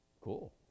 Cool